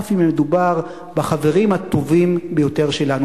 אף אם מדובר בחברים הטובים ביותר שלנו,